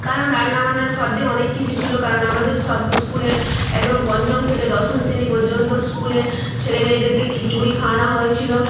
কারণ রান্না বান্নার ফর্দ অনেক কিছু ছিলো কারণ আমাদের সব স্কুলের একদম পঞ্চম থেকে দশম শ্রেণী পর্যন্ত স্কুলের ছেলে মেয়েদেরকে খিচুড়ি খাওয়ানা হয়েছিলো